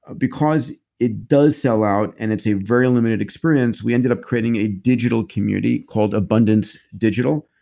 ah because it does sell out, and it's a very limited experience, we ended up creating a digital community called abundance digital.